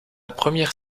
première